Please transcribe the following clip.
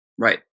Right